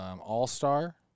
All-star